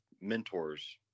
mentors